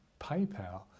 PayPal